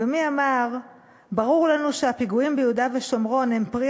ומי אמר: ברור לנו שהפיגועים ביהודה ושומרון הם פרי